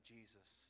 Jesus